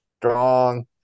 strong